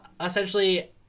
essentially